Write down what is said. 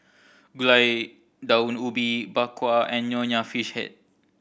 Gulai Daun Ubi Bak Kwa and Nonya Fish Head